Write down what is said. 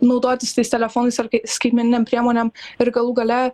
naudotis tais telefonais ar kai skaitmeninėm priemonėm ir galų gale